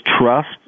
trust